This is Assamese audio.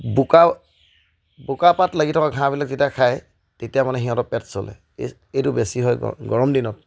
বোকা বোকা পাত লাগি থকা ঘাঁহবিলাক যেতিয়া খায় তেতিয়া মানে সিহঁতৰ পেট চলে এইটো বেছি হয় গৰম দিনত